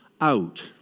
out